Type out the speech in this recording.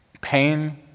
pain